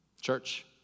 Church